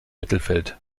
mittelfeld